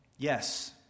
Yes